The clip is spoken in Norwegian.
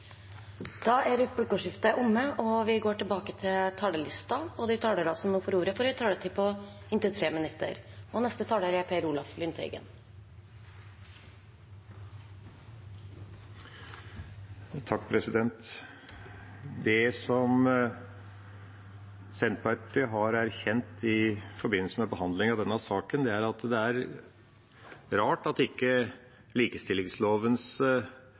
er omme. De talere som heretter får ordet, har også en taletid på inntil 3 minutter. Det Senterpartiet har erkjent i forbindelse med behandling av denne saken, er at det er rart at ikke